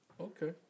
Okay